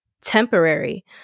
temporary